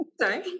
Sorry